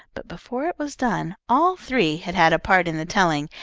but before it was done all three had had a part in the telling,